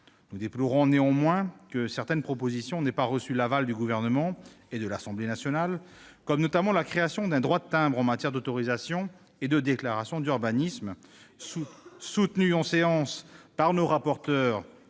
Nous déplorons néanmoins que certaines propositions n'aient pas reçu l'aval du Gouvernement et de l'Assemblée nationale, par exemple la création d'un droit de timbre en matière d'autorisation et de déclaration d'urbanisme. Je suis d'accord ! Moi aussi